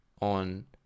on